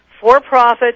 for-profit